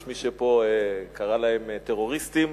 יש מי שפה קרא להם טרוריסטים,